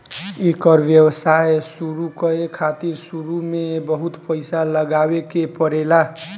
एकर व्यवसाय शुरु करे खातिर शुरू में बहुत पईसा लगावे के पड़ेला